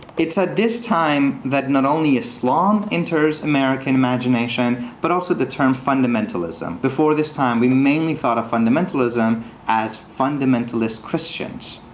it's at this time that not only islam enters american imagination, but also the term fundamentalism. before this time, we mainly thought of fundamentalism as fundamentalist christians.